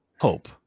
hope